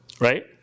right